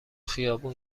خیابون